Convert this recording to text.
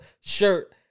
shirt